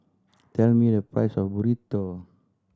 tell me the price of Burrito